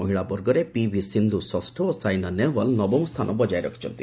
ମହିଳା ବର୍ଗରେ ପିଭି ସିନ୍ଧୁ ଷଷ୍ଠ ଓ ସାଇନା ନେହୱାଲ ନବମ ସ୍ଥାନ ବଜାୟ ରଖିଛନ୍ତି